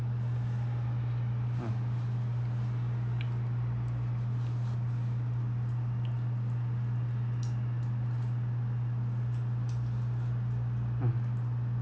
mm mm